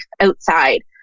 outside